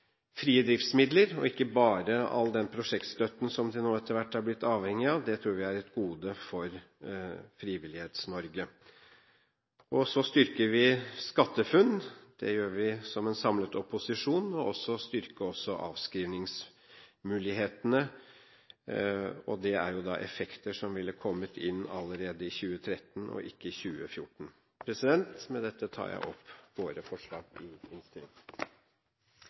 frie driftsmidler og ikke bare all den prosjektstøtten som de nå etter hvert har blitt avhengig av. Det tror vi er et gode for Frivillighets-Norge. Så styrker vi SkatteFUNN, og det gjør vi som en samlet opposisjon. Vi styrker også avskrivningsmulighetene. Det er effekter som ville ha kommet inn allerede i 2013, ikke i 2014. Med dette tar jeg opp våre forslag i